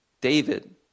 David